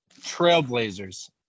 Trailblazers